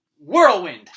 Whirlwind